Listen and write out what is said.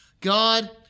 God